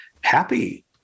happy